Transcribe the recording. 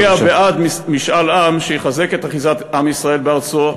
נצביע בעד משאל עם שיחזק את אחיזת עם ישראל בארצו,